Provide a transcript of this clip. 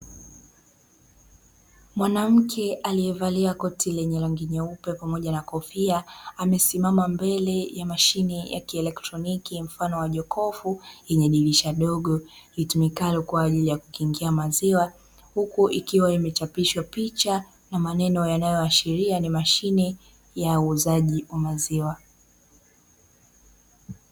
Mwanamke aliyevalia koti lenye rangi nyeupe pamoja na kofia, amesimama mbele ya mashine ya kielektroniki mfano wa jokofu lenye dirisha dogo, itumikayo kwa ajili ya kukingia maziwa, huku ikiwa imechapishwa picha ya meneno inayoashiria ni mashine ya uuzaji wa maziwa.